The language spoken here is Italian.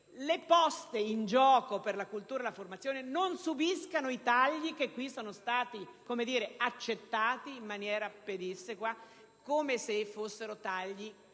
le poste in gioco per la cultura e la formazione non subiscano i tagli che, invece, sono stati accettati in maniera pedissequa come se fossero